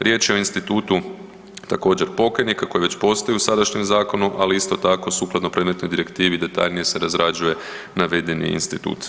Riječ je o institutu također pokajnika koji već postoji u sadašnjem zakonu, ali isto tako predmetnoj direktivi detaljnije se razrađuje navedeni institut.